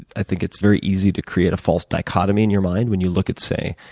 i think it's very easy to create a false dichotomy in your mind when you look at, say,